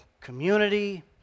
community